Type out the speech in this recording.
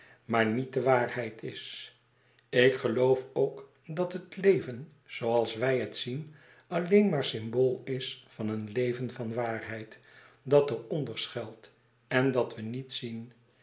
maar niet de waarheid is ik geloof ook dat het leven zooals wij het zien alleen maar symbool is van een leven van waarheid dat er onder schuilt en dat we niet zien